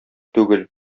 түгел